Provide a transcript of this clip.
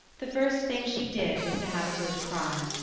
the first thing she did was to have a good cry.